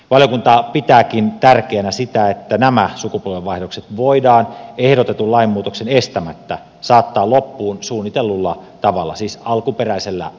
valiokunta pitääkin tärkeänä sitä että nämä sukupolvenvaihdokset voidaan ehdotetun lainmuutoksen estämättä saattaa loppuun suunnitellulla tavalla siis alkuperäisellä suunnitellulla tavalla